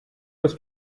was